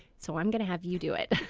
so i am going to have you do it.